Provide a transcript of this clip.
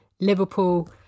Liverpool